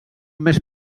més